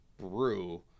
brew